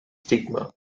stigma